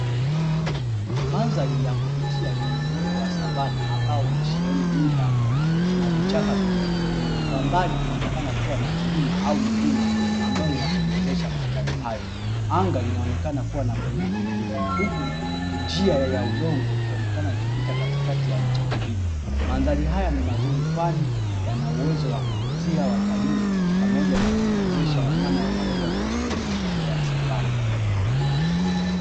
Mandhari ya kuvutia yenye uoto wa Savanna ambao umesheheni miba na vichaka vidogovidogo, kwa mbali kunaonekana kuwa na vilima au milima ambayo inapendezesha mandhari hayo. Anga linaonekana kuwa na mawingu meupe huku njia ya udongo ikionekana ikipita katikati ya vichaka hivyo. Mandhari haya ni mazuri kwani yana uwezo wa kuvutia watalii pamoja na kuwawezesha wanyama wanaoweza kuishi kwenye mazingira ya Savanna.